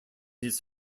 his